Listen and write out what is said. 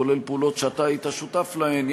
כולל פעולות שאתה היית שותף להן,